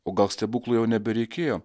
o gal stebuklų jau nebereikėjo